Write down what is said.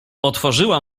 otworzyła